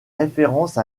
référence